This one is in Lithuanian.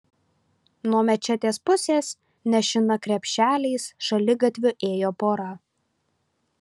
nuo mečetės pusės nešina krepšeliais šaligatviu ėjo pora